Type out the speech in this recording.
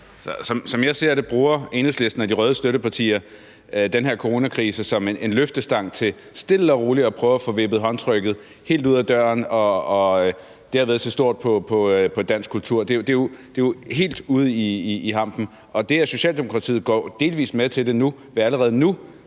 Som jeg ser det, bruger Enhedslisten og de røde støttepartier den her coronakrise som en løftestang til stille og roligt at prøve at få vippet håndtrykket helt ud ad døren og derved se stort på dansk kultur. Det er jo helt ude i hampen. Og det, at Socialdemokratiet går delvis med til det ved allerede nu